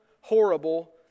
horrible